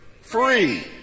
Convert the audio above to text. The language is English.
free